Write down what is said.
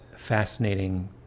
Fascinating